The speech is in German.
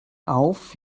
auf